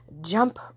jump